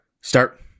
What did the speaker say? start